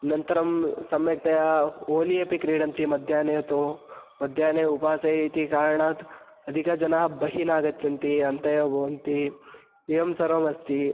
अनन्तरं सम्यक्तया ओली अपि क्रीडन्ति मध्याह्ने तु मध्याह्ने उपवास इति कारणात् अधिकजनाः बहिः नागच्छन्ति अन्ते एव भवन्ति एवं सर्वमस्ति